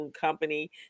company